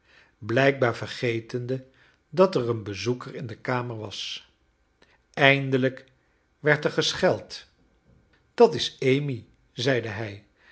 blijkbaar vergetende dat er een bezoeker in de kamer was eindelijk werd er gescheld dat is amy zeide hij